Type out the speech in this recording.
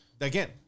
again